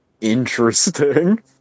interesting